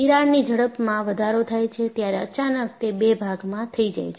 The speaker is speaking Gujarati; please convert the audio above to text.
તિરાડની ઝડપમાં વધારો થાય છે ત્યારે અચાનક તે બે ભાગમાં થઈ જાય છે